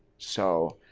so,